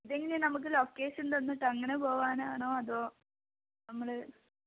ഇതെങ്ങനെയ നമുക്ക് ലൊക്കേഷൻ തന്നിട്ട് അങ്ങനെ പോവാനാണോ അതോ നമ്മൾ